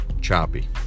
choppy